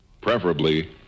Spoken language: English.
preferably